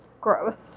Gross